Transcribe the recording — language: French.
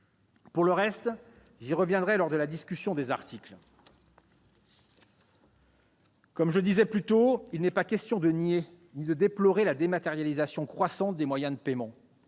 Pour le reste, j'y reviendrai lors de la discussion des articles. Comme je l'ai dit précédemment, il n'est pas question de nier ni de déplorer la dématérialisation croissante des moyens de paiement.